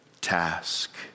task